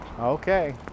Okay